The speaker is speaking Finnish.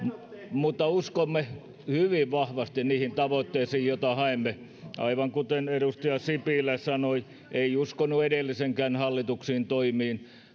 mutta uskomme hyvin vahvasti niihin tavoitteisiin joita haemme aivan kuten edustaja sipilä sanoi ei uskonut edellisenkään hallituksen toimiin